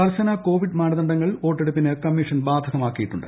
കർശന കോവിഡ് മാനദണ്ഡങ്ങൾ വോട്ടെട്ടുപ്പിന്റ് കമ്മീഷൻ ബാധകമാക്കിയിട്ടുണ്ട്